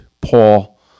Paul